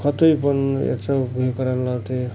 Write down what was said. खते पण याचा इतरांना ते